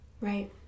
Right